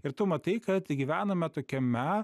ir tu matai kad gyvename tokiame